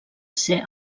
ser